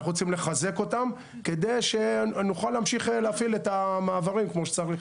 אנחנו רוצים לחזק אותם כדי שנוכל להמשיך ולהפעיל את המעברים כמו שצריך.